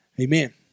Amen